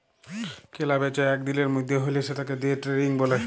কেলা বেচা এক দিলের মধ্যে হ্যলে সেতাকে দে ট্রেডিং ব্যলে